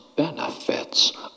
Benefits